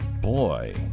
boy